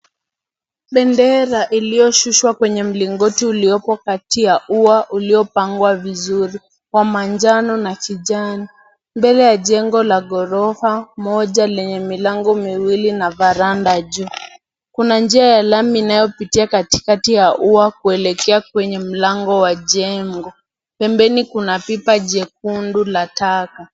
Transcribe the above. Bendera iliyoshushwa kwenye mlingoti uliopok kati ya ua uliopangwa vizuri, kwa manjano na kijani mbele ya jengo la gorofa moja lenye milango miwili na varanda juu kuna njia ya lami inayopitia katikati ya ua kuelekea kwenye mlango wa jengo pembeni kuna pipa jekundu la taka.